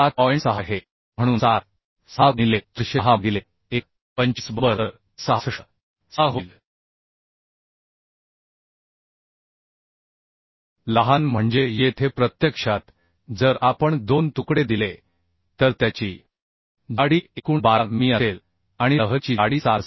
6 गुणिले 410 भागिले 1 25 बरोबर तर ते 66 होईल 06 लहान म्हणजे येथे प्रत्यक्षात जर आपण 2 तुकडे दिले तर त्याची जाडी एकूण 12 मिमी असेल आणि लहरीची जाडी 7 असेल